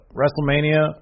WrestleMania